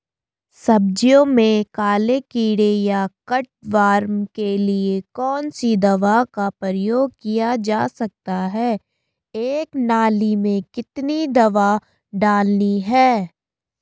सब्जियों में काले कीड़े या कट वार्म के लिए कौन सी दवा का प्रयोग किया जा सकता है एक नाली में कितनी दवा डालनी है?